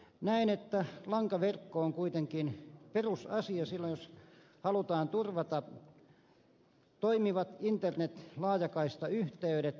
näen että lankaverkko on kuitenkin perusasia silloin jos halutaan turvata toimivat internet laajakaistayhteydet